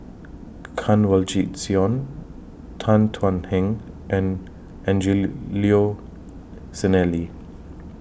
Kanwaljit Soin Tan Thuan Heng and Angelo Sanelli